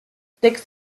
sticks